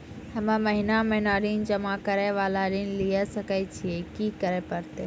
हम्मे महीना महीना ऋण जमा करे वाला ऋण लिये सकय छियै, की करे परतै?